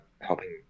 helping